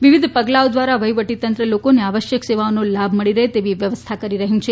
વિવિધ પગલાંઓ ધ્વારા વઠ્ઠીવટી તંત્ર લોકોને આવશ્યક સેવાઓનો લાભ મળી રહે તેવી વ્યવસ્થા કરી રહયું છે